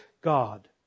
God